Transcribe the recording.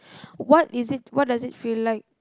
what is it what does it feel like